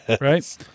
Right